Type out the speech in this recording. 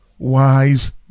Wise